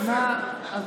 מה?